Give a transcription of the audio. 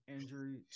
injury